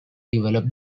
develop